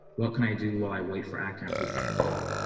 what can i do while i wait for active employees become available.